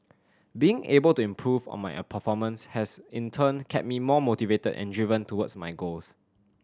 being able to improve on my performance has in turn kept me more motivated and driven towards my goals